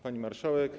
Pani Marszałek!